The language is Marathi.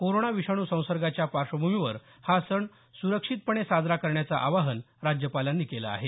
कोरोना विषाणू संसर्गाच्या पार्श्वभूमीवर हा सण स्रक्षितपणे साजरा करण्याचं आवाहन राज्यपालांनी केलं आहे